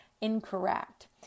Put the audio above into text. incorrect